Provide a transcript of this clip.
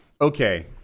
Okay